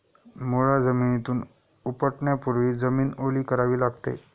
मुळा जमिनीतून उपटण्यापूर्वी जमीन ओली करावी लागते